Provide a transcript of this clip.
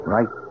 Right